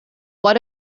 what